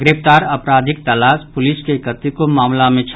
गिरफ्तार अपराधीक तलाश पुलिस के कतेको मामिला मे छल